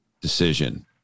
decision